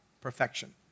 perfection